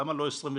למה לא 22?